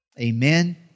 Amen